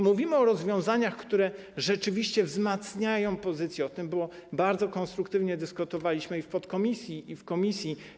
Mówimy o rozwiązaniach, które rzeczywiście wzmacniają pozycję - o tym bardzo konstruktywnie dyskutowaliśmy i w podkomisji, i w komisji.